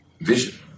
Vision